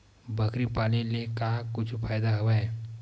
बकरी पाले ले का कुछु फ़ायदा हवय?